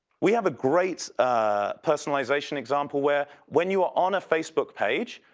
we have a great ah personalization example where when you're on a facebook page,